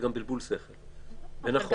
זה גם בלבול שכל, זה נכון.